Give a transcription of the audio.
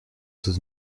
sous